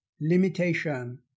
limitation